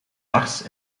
lars